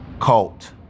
Cult